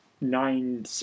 nine